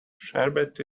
sherbet